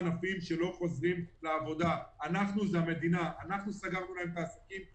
ענפים שלא חוזרים לעבודה אנחנו זה המדינה אנחנו סגרנו להם את העסקים,